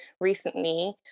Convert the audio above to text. recently